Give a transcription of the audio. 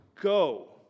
go